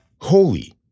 Holy